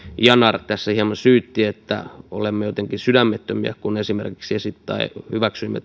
yanar hieman syytti että olemme jotenkin sydämettömiä kun esimerkiksi hyväksyimme